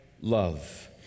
love